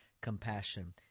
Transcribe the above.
compassion